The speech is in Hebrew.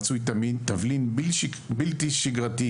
מצוי תמיד תבלין בלתי שגרתי,